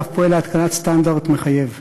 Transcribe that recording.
ואף פועל להתקנת סטנדרט מחייב.